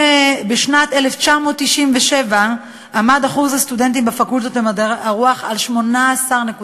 אם בשנת 1997 היה אחוז הסטודנטים בפקולטות למדעי הרוח 18.5%,